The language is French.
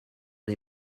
les